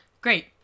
great